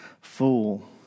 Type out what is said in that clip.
fool